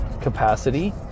capacity